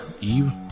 Eve